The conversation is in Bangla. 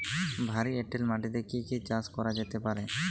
ভারী এঁটেল মাটিতে কি কি চাষ করা যেতে পারে?